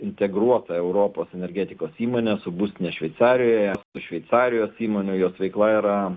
integruota europos energetikos įmonė su būstine šveicarijoje šveicarijos įmonių jos veikla yra